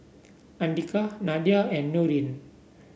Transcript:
Andika Nadia and Nurin